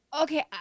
Okay